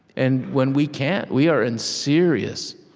and when we can't, we are in serious,